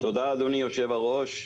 תודה אדוני היו"ר,